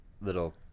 little